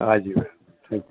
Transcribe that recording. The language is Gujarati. હા જી થેન્ક યૂ